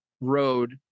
road